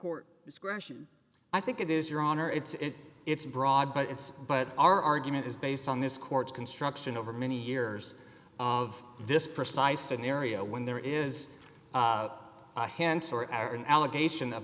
court discretion i think it is your honor it's in it's broad but it's but our argument is based on this court's construction over many years of this precise scenario when there is a hand or an allegation of